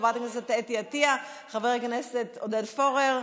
חברת הכנסת אתי עטייה, חבר הכנסת עודד פורר.